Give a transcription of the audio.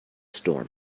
storm